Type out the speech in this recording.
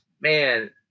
man